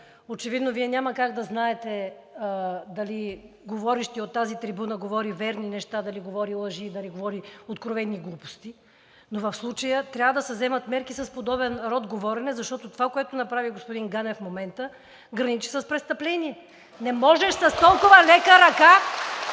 Очевидно Вие няма как да знаете дали говорещият от тази трибуна говори верни неща, дали говори лъжи, дали говори откровени глупости, но в случая трябва да се вземат мерки с подобен род говорене, защото това, което направи господин Ганев в момента, граничи с престъпление. (Ръкопляскания